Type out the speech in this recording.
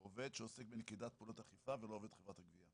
דיברנו עליו קודם בסעיף